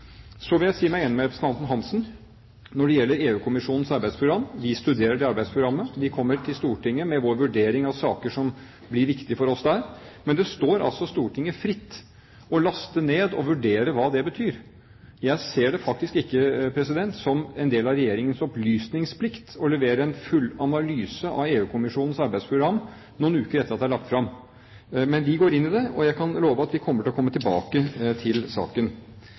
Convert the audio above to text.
Så vil jeg si meg enig med representanten Hansen når det gjelder EU-kommisjonens arbeidsprogram. Vi studerer arbeidsprogrammet, vi kommer til Stortinget med vår vurdering av saker som blir viktige for oss der, men det står Stortinget fritt å laste ned og vurdere hva det betyr. Jeg ser det faktisk ikke som en del av Regjeringens opplysningsplikt å levere en full analyse av EU-kommisjonens arbeidsprogram noen uker etter at det er lagt fram. Men vi går inn i det, og jeg kan love at vi kommer til å komme tilbake til saken.